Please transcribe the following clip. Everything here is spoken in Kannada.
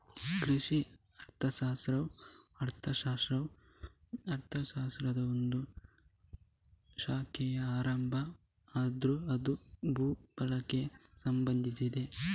ಕೃಷಿ ಅರ್ಥಶಾಸ್ತ್ರವು ಅರ್ಥಶಾಸ್ತ್ರದ ಒಂದು ಶಾಖೆಯಾಗಿ ಆರಂಭ ಆದ್ರೂ ಅದು ಭೂ ಬಳಕೆಗೆ ಸಂಬಂಧಿಸಿದೆ